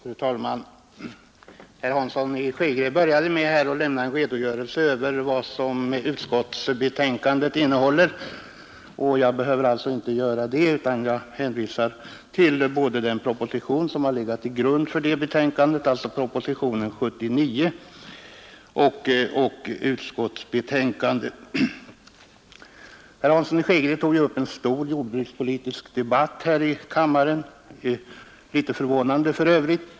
Fru talman! Herr Hansson i Skegrie började sitt anförande med en redogörelse för innehållet i utskottets betänkande, och det behöver alltså inte jag göra nu. Jag kan nöja mig med att hänvisa till utskottets betänkande och till propositionen 79. Sedan tog herr Hansson upp en jordbrukspolitisk debatt här i kammaren, och det var litet förvånande.